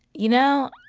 you know,